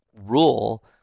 rule